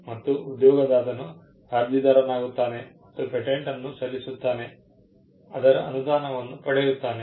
ಮತ್ತು ಉದ್ಯೋಗದಾತನು ಅರ್ಜಿದಾರನಾಗುತ್ತಾನೆ ಮತ್ತು ಪೇಟೆಂಟ್ ಅನ್ನು ಸಲ್ಲಿಸುತ್ತಾನೆ ಅದರ ಅನುದಾನವನ್ನು ಪಡೆಯುತ್ತಾನೆ